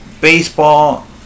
Baseball